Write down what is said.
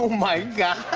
my gosh.